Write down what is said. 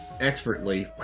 expertly